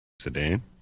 Sedan